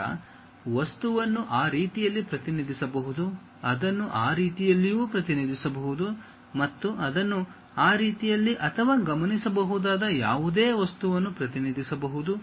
ನಂತರ ವಸ್ತುವನ್ನು ಆ ರೀತಿಯಲ್ಲಿ ಪ್ರತಿನಿಧಿಸಬಹುದು ಅದನ್ನು ಆ ರೀತಿಯಲ್ಲಿಯೂ ಪ್ರತಿನಿಧಿಸಬಹುದು ಮತ್ತು ಅದನ್ನು ಆ ರೀತಿಯಲ್ಲಿ ಅಥವಾ ಗಮನಿಸಬಹುದಾದ ಯಾವುದೇ ವಸ್ತುವನ್ನು ಪ್ರತಿನಿಧಿಸಬಹುದು